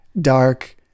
dark